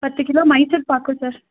பத்து கிலோ மைசூர்பாக்கும் சார்